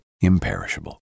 imperishable